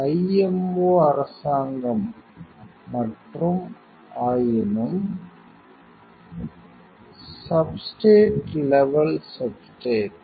IMO அரசாங்கம் மற்றும் ஆயினும் பார்க்க Ti 0505 சப்ஸ்ட்ரேட் லெவல் சப்ஸ்ட்ரேட்